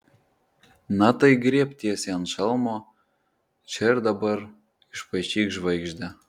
na tai griebk tiesiai ant šalmo čia ir dabar išpaišyk žvaigždę